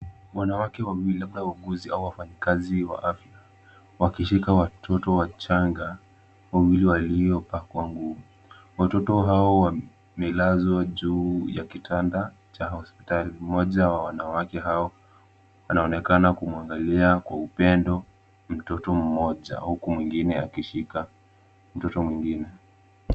Wanawake wawili labda waguzi, au wafanyakazi wa afya. Wakishika watoto wachanga. Wawili walio pa kuangua. Watoto hao wamelazwa juu ya kitanda cha hospitali. Mmoja wa wanawake hao anaonekana kumuangalia kwa upendo. Mtoto mmoja huku mwingine akishika mtoto mwingine.